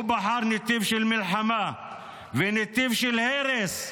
הוא בחר נתיב של מלחמה ונתיב של הרס.